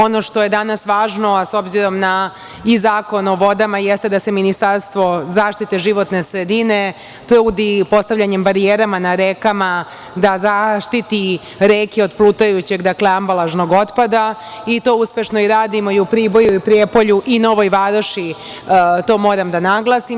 Ono što je danas važno, a s obzorom na Zakon o vodama jeste da se Ministarstvo za zaštitu životne sredine trudi postavljanjem barijera na rekama da zaštiti reke od plutajućeg ambalažnog otpada i to uspešno i radimo u Priboju, Prijepolju i Novoj Varoši, to moram da naglasim.